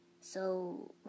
So